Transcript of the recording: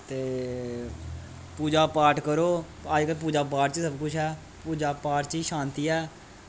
ते पूज़ा पाठ करो अज्ज ते पूज़ा पाठ च सब कुछ ऐ पूज़ा पाठ च शांति ऐ